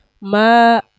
ma